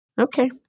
Okay